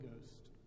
Ghost